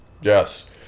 Yes